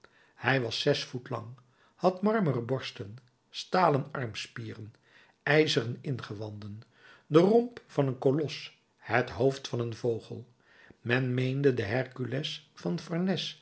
hij was zes voet lang had marmeren borsten stalen armspieren ijzeren ingewanden de romp van een kolos het hoofd van een vogel men meende den hercules van